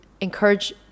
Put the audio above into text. encourage